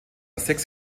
sechs